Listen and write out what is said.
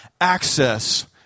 Access